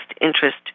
interest